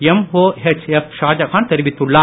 MOHF Shahjahan தெரிவித்துள்ளார்